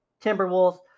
Timberwolves